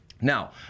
Now